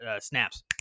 snaps